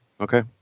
Okay